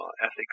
ethics